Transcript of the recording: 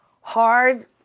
hard